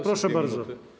Proszę bardzo.